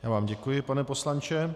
Já vám děkuji, pane poslanče.